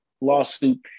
lawsuit